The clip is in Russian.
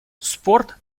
спорт